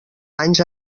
anys